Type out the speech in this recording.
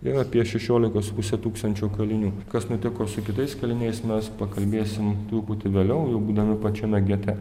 ir apie šešioliką su puse tūkstančio kalinių kas nutiko su kitais kaliniais mes pakalbėsim truputį vėliau jau būdami pačiame gete